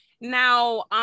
Now